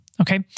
okay